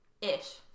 Ish